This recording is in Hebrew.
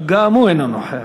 גם הוא אינו נוכח,